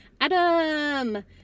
Adam